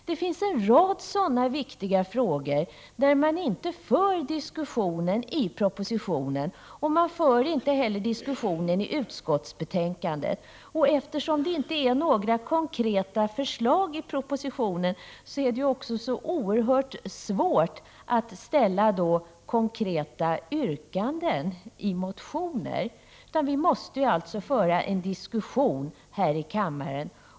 Det finns en rad sådana viktiga frågor som inte diskuteras i propositionen och inte heller i utskottsbetänkandet. Och eftersom det inte finns några konkreta förslag i propositionen är det oerhört svårt att ställa konkreta yrkanden i motioner. Därför måste vi föra en diskussion här i kammaren.